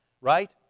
right